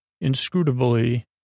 Inscrutably